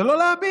זה לא להאמין.